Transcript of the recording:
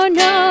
no